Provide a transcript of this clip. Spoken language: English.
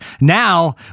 Now